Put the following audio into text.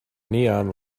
neon